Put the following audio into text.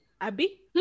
Abby